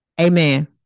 Amen